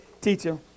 teacher